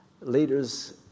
leaders